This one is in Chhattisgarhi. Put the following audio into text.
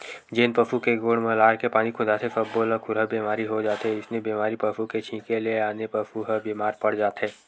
जेन पसु के गोड़ म लार के पानी खुंदाथे सब्बो ल खुरहा बेमारी हो जाथे अइसने बेमारी पसू के छिंके ले आने पसू ह बेमार पड़ जाथे